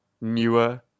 newer